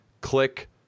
click